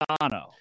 Dono